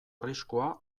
arriskua